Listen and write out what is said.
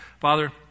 Father